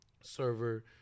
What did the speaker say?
server